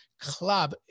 club